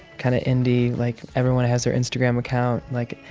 kind of indie. like, everyone has their instagram account. like,